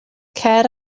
cer